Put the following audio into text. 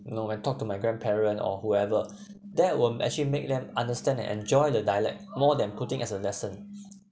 you know when I talk to my grandparent or whoever that will actually make them understand and enjoy the dialect more than putting as a lesson